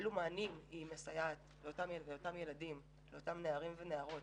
באיזה מענים היא מסייעת לאותם נערים ונערות